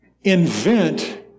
invent